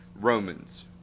Romans